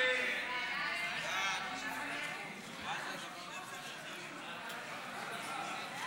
ההסתייגות אחרי סעיף 3 של קבוצת סיעת המחנה הציוני וקבוצת סיעת